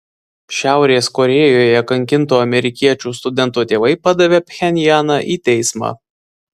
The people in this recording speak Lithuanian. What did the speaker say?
šiaurės korėjoje kankinto amerikiečių studento tėvai padavė pchenjaną į teismą